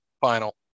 Final